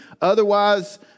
Otherwise